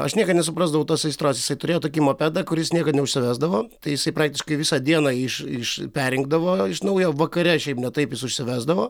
aš niekad nesuprasdavau tos aistros jisai turėjo tokį mopedą kuris niekad neužsivesdavo tai jisai praktiškai visą dieną iš iš perrinkdavo iš naujo vakare šiaip ne taip jis užsivesdavo